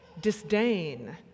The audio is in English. disdain